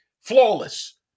flawless